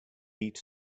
beat